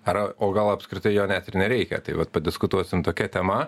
ar o gal apskritai jo net ir nereikia tai vat padiskutuosim tokia tema